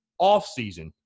offseason